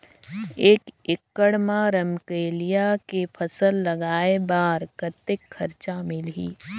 एक एकड़ मा रमकेलिया के फसल लगाय बार कतेक कर्जा मिलही?